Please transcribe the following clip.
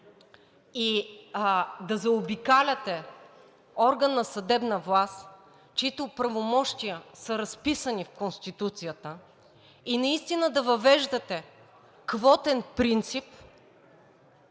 и да заобикаляте орган на съдебна власт, чиито правомощия са разписани в Конституцията, и настина да въвеждате квотен принцип,